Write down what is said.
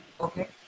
Okay